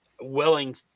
willing –